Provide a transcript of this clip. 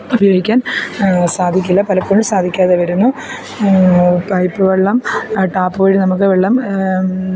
ഉപയോഗിക്കാൻ സാധിക്കില്ല പലപ്പോഴും സാധിക്കാതെ വരുന്നു പൈപ്പ് വെള്ളം ടാപ്പ് വഴി നമുക്ക് വെള്ളം